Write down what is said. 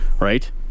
right